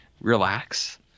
relax